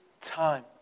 time